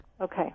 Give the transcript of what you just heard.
Okay